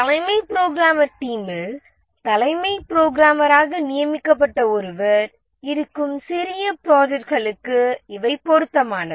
தலைமை புரோகிராமர் டீமில் தலைமை புரோகிராமராக நியமிக்கப்பட்ட ஒருவர் இருக்கும் சிறிய ப்ராஜெக்ட்களுக்கு இவை பொருத்தமானவை